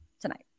tonight